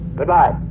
Goodbye